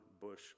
bush